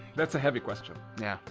that's a heavy question. yeah,